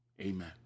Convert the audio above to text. Amen